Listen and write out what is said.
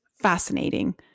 fascinating